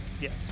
Yes